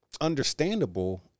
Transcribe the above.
understandable